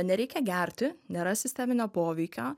nereikia gerti nėra sisteminio poveikio